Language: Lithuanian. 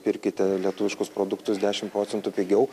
pirkite lietuviškus produktus dešimt procentų pigiau